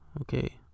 Okay